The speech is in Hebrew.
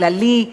כללי,